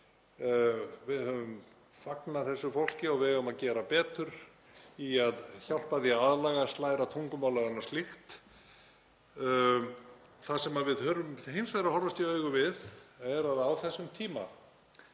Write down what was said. Við höfum fagnað þessu fólki og við eigum að gera betur í að hjálpa því að aðlagast, læra tungumálið og annað slíkt. Það sem við þurfum hins vegar að horfast í augu við er að á þessum tíma,